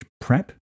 prep